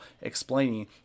explaining